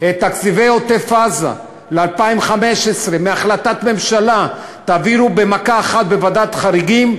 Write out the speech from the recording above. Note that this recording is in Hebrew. את תקציבי עוטף-עזה ל-2015 מהחלטת ממשלה תעבירו במכה אחת בוועדת חריגים,